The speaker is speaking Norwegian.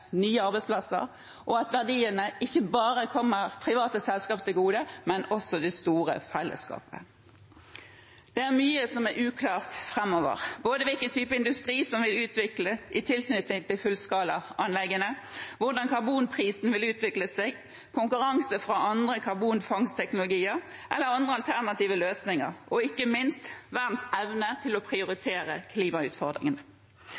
nye arbeidsplasser, og at verdiene ikke bare kommer private selskaper til gode, men også det store fellesskapet. Det er mye som er uklart framover, både hvilken type industri som vil utvikles i tilknytning til fullskalaanleggene, hvordan karbonprisen vil utvikle seg, konkurranse fra andre karbonfangstteknologier eller andre alternative løsninger og ikke minst verdens evne til å